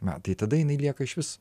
na tai tada jinai lieka išvis